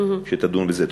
שתדון בזה.